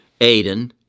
Aiden